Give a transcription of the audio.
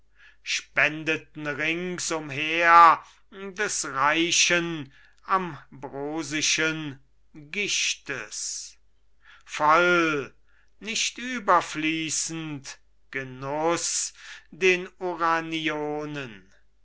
spendeten rings umher des reichen ambrosischen gischtes voll nicht überfließend genuß den